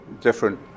different